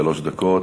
שלוש דקות.